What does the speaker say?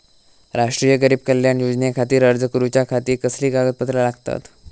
राष्ट्रीय गरीब कल्याण योजनेखातीर अर्ज करूच्या खाती कसली कागदपत्रा लागतत?